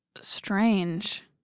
strange